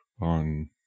on